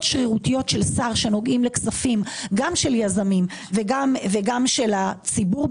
שרירותיות של שר שנוגעים לכספים גם של יזמים וגם של הציבור,